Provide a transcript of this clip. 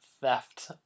Theft